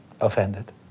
offended